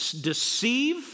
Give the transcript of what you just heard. deceive